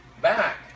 back